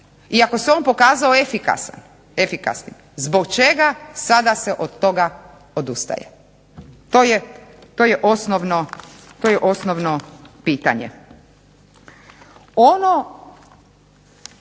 ako se on pokazao efikasnim, zbog čega se sada od toga odustaje? To je osnovno pitanje.